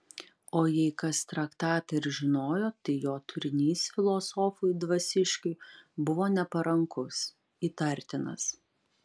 o jei kas traktatą ir žinojo tai jo turinys filosofui dvasiškiui buvo neparankus įtartinas